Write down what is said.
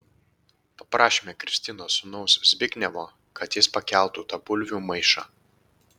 paprašėme kristinos sūnaus zbignevo kad jis pakeltų tą bulvių maišą